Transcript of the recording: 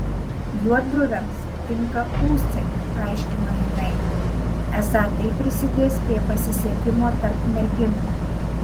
juodbruviams tinka ūsai paaiškino jinai esą tai prisidės prie pasisekimo tarp merginų